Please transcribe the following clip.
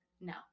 no